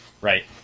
right